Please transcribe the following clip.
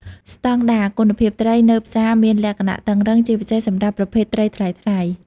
ស្តង់ដារ គុណភាពត្រីនៅផ្សារមានលក្ខណៈតឹងរ៉ឹង ជាពិសេសសម្រាប់ប្រភេទត្រីថ្លៃៗ។